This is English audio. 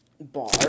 bar